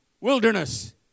wilderness